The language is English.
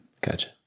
Gotcha